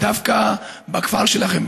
דווקא בכפר שלכם,